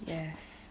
yes